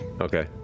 Okay